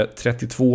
32